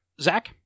Zach